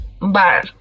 bar